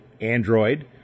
Android